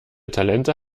talente